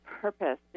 purpose